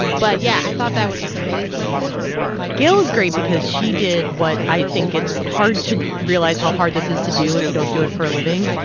but yeah, i thought that was just amazing on her part gayle is great because she did what i think it's hard to realize how hard this is to do if you don't do it for a living.